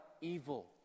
evil